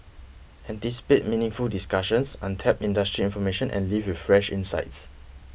anticipate meaningful discussions untapped industry information and leave with fresh insights